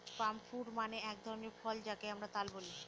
পাম fruit মানে হল এক ধরনের ফল যাকে আমরা তাল বলি